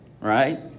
right